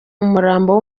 umurambo